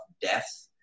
death